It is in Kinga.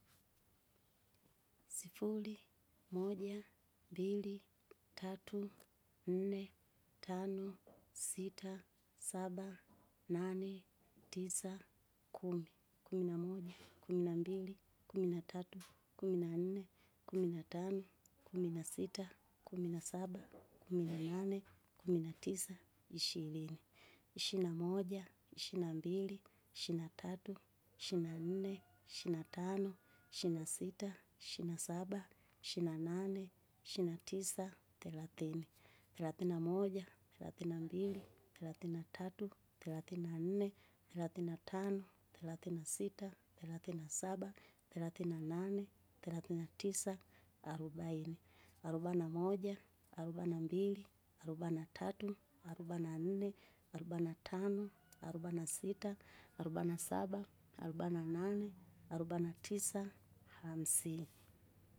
Sifuri, moja, mbili, tatu, nne, tano, sita, saba, nane, tisa, kumi, kumi namoja, kumi nambili, kumi natatu, kumi nanne, kumi natano, kumi nasita, kumi nasaba, kumi nanane, kumi natisa, ishirini, ishina moja, ishina mbili, ishina tatu, ishina nne, ishina nne ishina tano, ishina sita, ishina saba, ishina nane, ishina tisa, tharathini, tharathina moja, tharathina mbili, tharathina tatu, tharathina nne, tharathina tano, tharathina sita, tharathina saba, tharathina nane, tharathina tisa, arubaini, arobana, arobana moja, arobana mbili, arobana mbili, arobana tatu, arobana tatu, arobana nne, arobana tano, arobana sita, arobana saba, arobana nane, arobana tisa, hamsini.